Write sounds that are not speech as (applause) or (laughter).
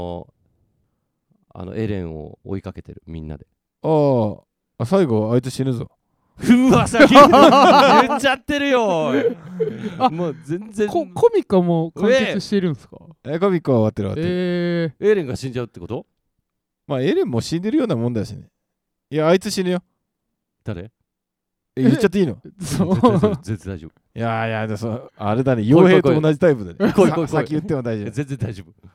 あの、エレンを追いかけてる、みんなで。ああ。あ、最後、あいつ死ぬぞ。 (laughs) うわ、先に言っちゃってるよ、おい。 あ、 (laughs) もう全然。 コ- コミカも完結してるんすか？ええ。え、コミカは終わってる、終わってる。ええ。エレンが死んじゃうってこと？まあ、エレンも死んでるようなもんだしね。いや、あいつ死ぬよ。誰？え、言っちゃっていいの？え、 (laughs) そう。 全然大丈夫、全然大丈夫。いやいや、で、その、あれだね。来い、来い、来い。傭兵と同じタイプだね。来い、来い、さ-来い。先言っても大丈夫。全然大丈夫。